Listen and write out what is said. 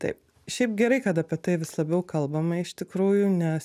taip šiaip gerai kad apie tai vis labiau kalbama iš tikrųjų nes